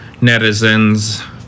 netizens